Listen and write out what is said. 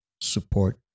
support